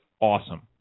Awesome